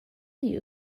you